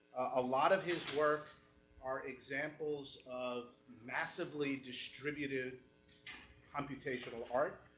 a lot of his work are examples of massively distributed computational art,